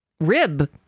rib